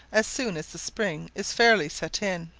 as soon as the spring is fairly set in.